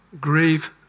grieve